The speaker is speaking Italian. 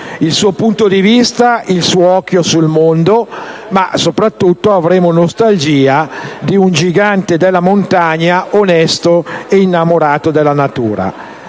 il suo punto di vista, il suo occhio sul mondo, ma soprattutto avremo nostalgia di un gigante della montagna onesto e innamorato della natura.